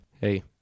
hey